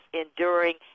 enduring